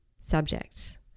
subject